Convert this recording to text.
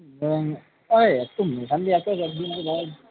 আরে এত মহান জাতের একজন রে ভাই